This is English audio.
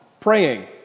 Praying